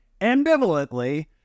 ambivalently